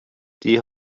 die